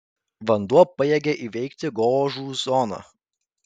vanduo pajėgia įveikti gožų zoną